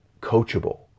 coachable